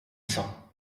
sommes